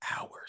hours